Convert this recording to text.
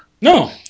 No